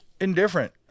Indifferent